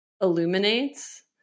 illuminates